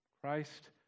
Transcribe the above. Christ